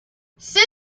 send